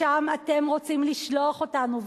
לשם אתם רוצים לשלוח אותנו,